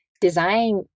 design